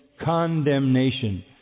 condemnation